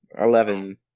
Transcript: Eleven